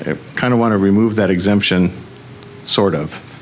it kind of want to remove that exemption sort of